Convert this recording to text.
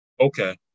okay